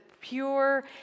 pure